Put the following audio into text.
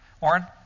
Warren